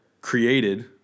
created